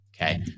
Okay